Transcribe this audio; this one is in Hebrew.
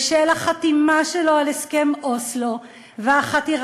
בשל החתימה שלו על הסכם אוסלו והחתירה